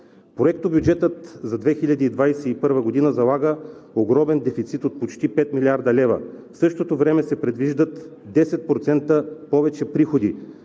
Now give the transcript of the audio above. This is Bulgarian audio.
Проектобюджетът за 2021 г. залага огромен дефицит от почти 5 млрд. лв., в същото време се предвиждат 10% повече приходи,